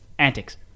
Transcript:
Antics